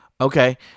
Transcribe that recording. Okay